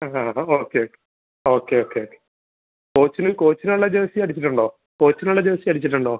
ആ ഹാ okay okay okay okay കോച്ചിന് കൊച്ചിനുള്ള ജേഴ്സി അടിച്ചിട്ടുണ്ടോ കൊച്ചിനുള്ള ജേഴ്സി അടിച്ചിട്ടുണ്ടോ